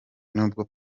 nubwo